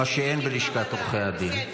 מה שאין בלשכת עורכי הדין.